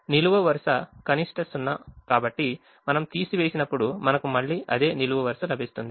నిలువు వరుస కనిష్ట 0 కాబట్టి మనం తీసివేసినప్పుడు మనకు మళ్లీ అదే నిలువు వరుస లభిస్తుంది